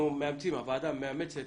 הוועדה מאמצת